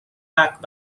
back